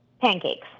pancakes